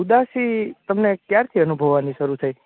ઉદાસી તમને ક્યાંરથી અનુભવાની શરૂ થઈ